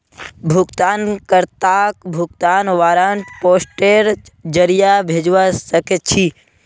भुगतान कर्ताक भुगतान वारन्ट पोस्टेर जरीये भेजवा सके छी